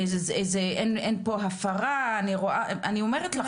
אין פה הפרה, אני אומרת לכם.